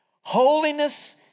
Holiness